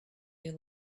you